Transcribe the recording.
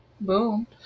boom